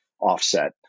offset